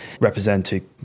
represented